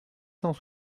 cent